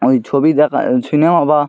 এই ছবি দেখা সিনেমা বা